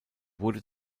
wurde